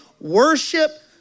Worship